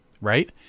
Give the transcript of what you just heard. right